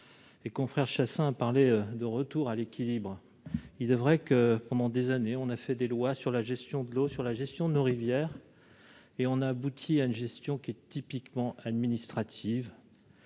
et confrères Chassaing, parler de retour à l'équilibre, il devrait que pendant des années, on a fait des lois sur la gestion de l'eau sur la gestion de nos rivières et on aboutit à une gestion qui est typiquement administrative